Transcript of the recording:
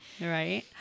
Right